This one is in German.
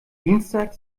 dienstag